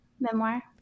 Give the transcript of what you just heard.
Memoir